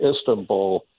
Istanbul